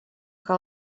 que